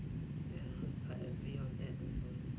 ya quite agree on that also